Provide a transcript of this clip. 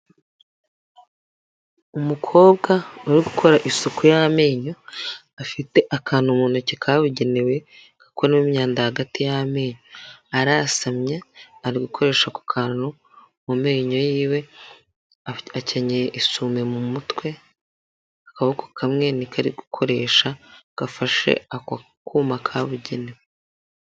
Umukobwa uri gukora isuku y'amenyo, afite akantu mu ntoki kabugenewe, gakuramo imyanda hagati y'amenyo. arasamye ari gukoresha ako kantu mu menyo yiwe, afite akenyeye isume mu mutwe, akaboko kamwe ni ko ari gukoresha gafashe ako kuma kabugenewe.